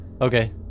Okay